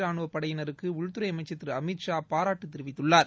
ராணுவப் படையினருக்கு உள்துறை அமைச்சர் திரு அமித் ஷா பாராட்டு துனண தெரிவித்துள்ளார்